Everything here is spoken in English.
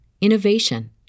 innovation